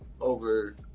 over